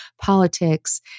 politics